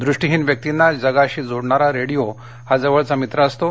दृष्टिहीन व्यक्तींना जगाशी जोडणारा रेडीओ हा जवळचा मित्र असतो